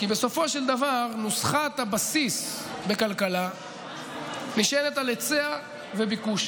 כי בסופו של דבר נוסחת הבסיס בכלכלה נשענת על היצע וביקוש: